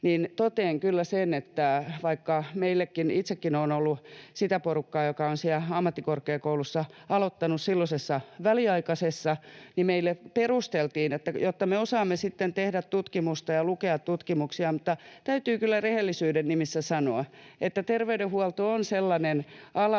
totean kyllä sen, että vaikka meillekin — itsekin olen ollut sitä porukkaa, joka on ammattikorkeakoulussa aloittanut, silloisessa väliaikaisessa — perusteltiin, että jotta me osaamme sitten tehdä tutkimusta ja lukea tutkimuksia, niin täytyy kyllä rehellisyyden nimissä sanoa, että terveydenhuolto on sellainen ala,